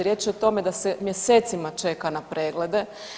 Riječ je o tome da se mjesecima čeka na preglede.